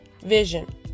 Vision